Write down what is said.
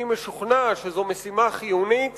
אני משוכנע שזו משימה חיונית